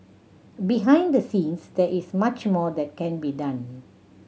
behind the scenes there is much more that can be done